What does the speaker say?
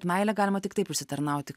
meilę galima tik taip užsitarnauti